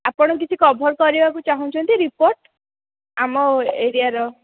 ଆପଣ କିଛି କଭର୍ କରିବାକୁ ଚାହୁଁଛନ୍ତି ରିପୋର୍ଟ୍ ଆମ ଏରିଆର